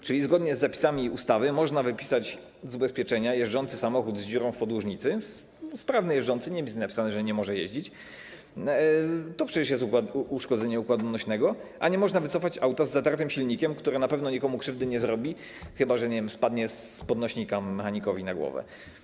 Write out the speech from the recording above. Czyli zgodnie z zapisami ustawy można wypisać z ubezpieczenia jeżdżący samochód z dziurą w podłużnicy, czyli samochód sprawny, jeżdżący - nie jest napisane, że nie może jeździć, bo to przecież jest uszkodzenie układu nośnego - a nie można wycofać auta z zatartym silnikiem, który na pewno nikomu krzywdy nie zrobi, chyba że, nie wiem, spadnie z podnośnika mechanikowi na głowę.